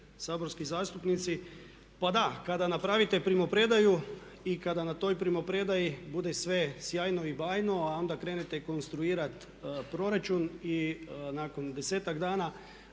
saborski zastupnice. Pa da, kada napravite primopredaju i kada na toj primopredaji bude sve sjajno i bajno a onda krenete konstruirati proračun i nakon 10-tak dana